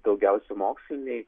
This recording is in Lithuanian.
daugiausia moksliniai